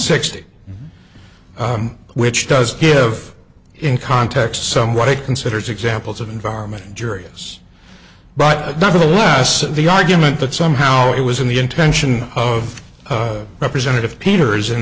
sixty which does give in context some what it considers examples of environment injurious but nevertheless the argument that somehow it was in the intention of representative peter i